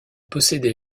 possédait